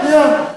שנייה.